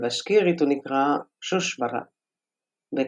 dushbara בבשקירית הוא נקרא שושברה - сөсбәрә,